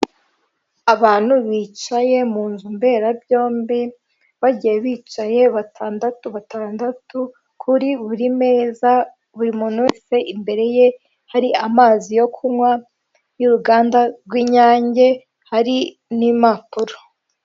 Abantu bicaye mu nzu mberabyombi bagiye bicaye batandatu batandatu kuri buri meza buri muntu wese imbere ye hari amazi yo kunywa y'uruganda rw'inyange hari n'impapuro.